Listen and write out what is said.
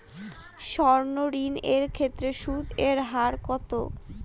সর্ণ ঋণ এর ক্ষেত্রে সুদ এর হার কত?